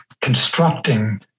constructing